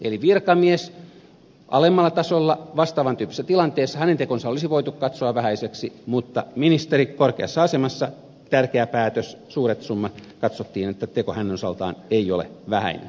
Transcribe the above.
eli alemmalla tasolla virkamiehen teko vastaavan tyyppisessä tilanteessa olisi voitu katsoa vähäiseksi mutta koska ministeri on korkeassa asemassa tärkeä päätös suuret summat katsottiin että teko hänen osaltaan ei ole vähäinen